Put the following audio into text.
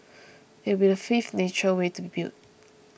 it will be the fifth nature way to be built